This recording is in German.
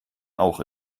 auch